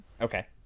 Okay